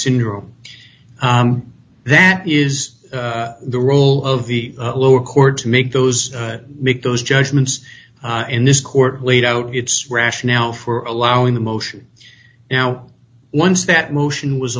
syndrome that is the role of the lower court to make those make those judgments in this court laid out its rationale for allowing the motion now once that motion was